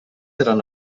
eren